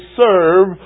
serve